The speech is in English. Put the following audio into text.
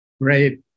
great